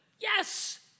Yes